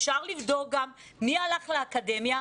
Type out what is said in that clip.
אפשר לבדוק גם מי הלך לאקדמיה.